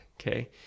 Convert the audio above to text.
okay